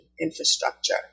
infrastructure